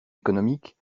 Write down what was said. économiques